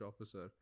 officer